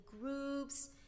groups